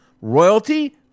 Royalty